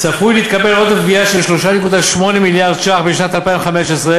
צפוי להתקבל עודף גבייה של 3.8 מיליארד שקלים בשנת 2015,